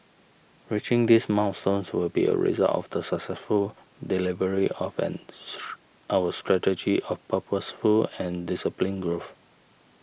reaching these milestones will be a result of the successful delivery of and our strategy of purposeful and disciplined growth